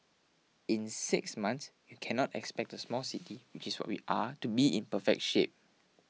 in six months you cannot expect a small city which is what we are to be in perfect shape